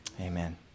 Amen